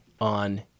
on